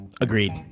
Agreed